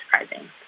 surprising